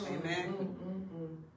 Amen